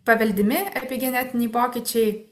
paveldimi epigenetiniai pokyčiai